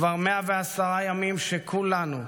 כבר 110 ימים שכולנו,